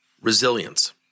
Resilience